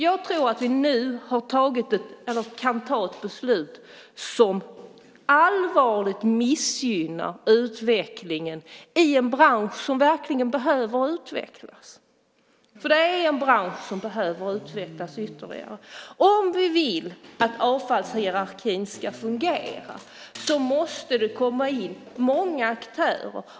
Vi kommer nu att fatta ett beslut som allvarligt missgynnar utvecklingen i en bransch som verkligen behöver utvecklas. För det är en bransch som behöver utvecklas ytterligare. Om vi vill att avfallshierarkin ska fungera måste det komma in många aktörer.